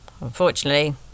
unfortunately